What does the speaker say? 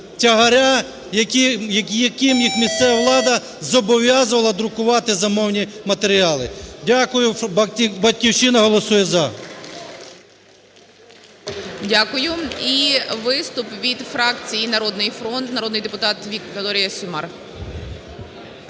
тягаря, яким їх місцева влада зобов'язувала друкувати замовні матеріали. Дякую. "Батьківщина" голосує "за". ГОЛОВУЮЧИЙ. Дякую. І виступ від фракції "Народний фронт", народний депутат Вікторія Сюмар.